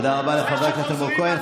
תודה לחבר הכנסת אלמוג כהן.